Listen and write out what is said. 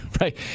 Right